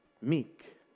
meek